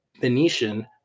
Venetian